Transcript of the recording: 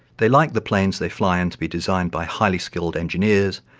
they like the planes they fly in to be designed by highly-skilled engineers,